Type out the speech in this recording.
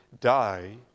die